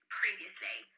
previously